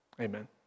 amen